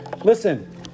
Listen